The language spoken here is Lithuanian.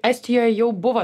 estijoje jau buvo